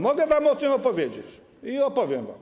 Mogę wam o tym opowiedzieć i opowiem wam.